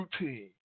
routine